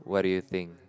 what do you think